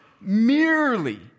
merely